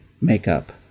makeup